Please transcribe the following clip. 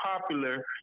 popular